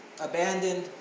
abandoned